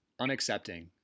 unaccepting